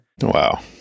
Wow